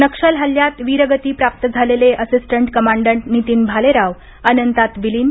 नक्षल हल्ल्यात वीरगती प्राप्त झालेले असिस्टंट कमाडंट नीतीन भालेराव अनंतात विलीन